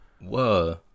Whoa